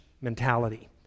mentality